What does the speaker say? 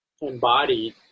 embodied